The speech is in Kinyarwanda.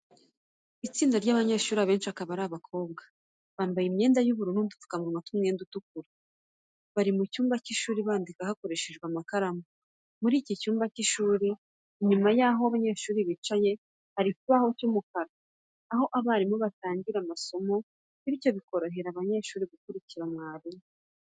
Itsinda ry'abanyeshuri abenshi akaba ari abakobwa, bambaye imyenda y'ubururu n'udupfukamunwa tw'umwenda utukura. Bari mu cyumba cy'ishuri bandika bakoresheje amakaramu. Muri iki cyumba cy'ishuri inyuma yaho abanyeshuri bicaye, hari ikibaho cy'umukara aho mwarimu atangira amasomo, bityo bikorohera abanyeshuri gukurikira mwarimu.